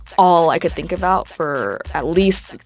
all i could think about for at least,